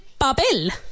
papel